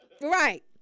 Right